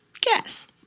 Guess